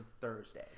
Thursday